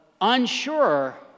unsure